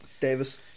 Davis